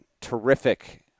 terrific